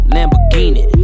Lamborghini